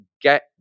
get